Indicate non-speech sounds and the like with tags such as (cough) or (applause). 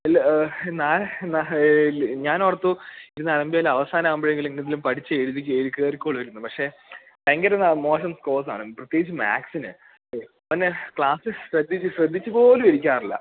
ഇല്ല ഞാനോർത്തു (unintelligible) അവസാനമാകുമ്പോഴെങ്കിലും എന്തെങ്കിലും പഠിച്ചെഴുതി കയറി കയറിക്കോളുമെന്ന് പക്ഷെ ഭയങ്കരം മോശം സ്കോർസാണ് പ്രത്യേകിച്ച് മാത്സിന് അവന് ക്ലാസ്സിൽ ശ്രദ്ധിച്ചുപോലും ഇരിക്കാറില്ല